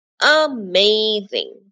amazing